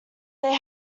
they